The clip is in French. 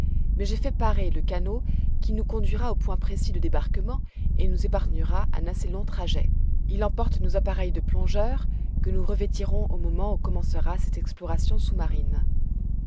mais j'ai fait parer le canot qui nous conduira au point précis de débarquement et nous épargnera un assez long trajet il emporte nos appareils de plongeurs que nous revêtirons au moment où commencera cette exploration sous-marine